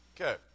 Okay